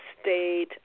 state